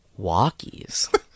walkies